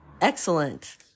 Excellent